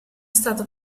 stato